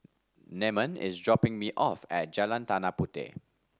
Namon is dropping me off at Jalan Tanah Puteh